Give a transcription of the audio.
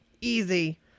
Easy